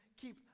keep